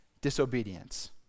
disobedience